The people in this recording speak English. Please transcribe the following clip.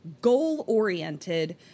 goal-oriented